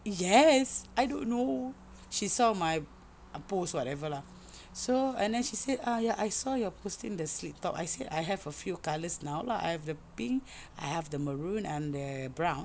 yes I don't know she saw my post whatever lah so and then she said ya I saw your posting the slip top I said I have a few colours now lah I have the pink I have the maroon and the brown